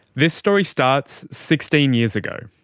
this story starts sixteen years ago.